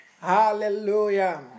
Hallelujah